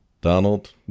Donald